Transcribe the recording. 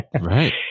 right